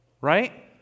right